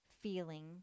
feeling